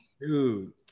Dude